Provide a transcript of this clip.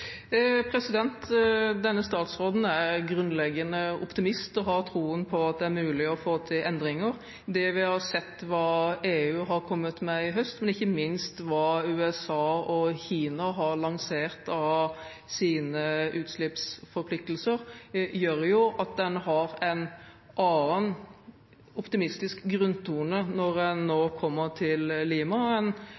Denne statsråden er grunnleggende optimist og har troen på at det er mulig å få til endringer. Det vi har sett at EU har kommet med i høst, men ikke minst hva USA og Kina har lansert av utslippsforpliktelser, gjør at en har en annen optimistisk grunntone når en nå